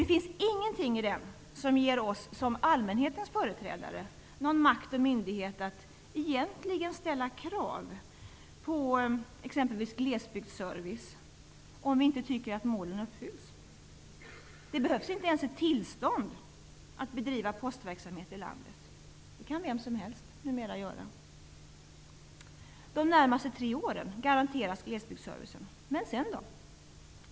Det finns ingenting i den som ger oss som allmänhetens företrädare någon makt och myndighet att egentligen ställa krav på exempelvis glesbygdsservice om vi inte tycker att målen uppfylls. Det behövs inte ens ett tillstånd för att bedriva postverksamhet i landet. Det kan numera vem som helst göra. De närmaste tre åren garanteras glesbygdsservicen, men vad händer sedan?